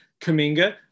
Kaminga